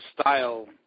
style